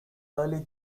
early